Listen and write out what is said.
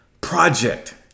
project